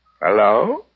Hello